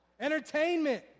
Entertainment